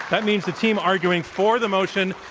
that means the team arguing for the motion,